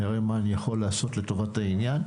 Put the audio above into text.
נראה מה אני יכול לעשות לטובת העניין.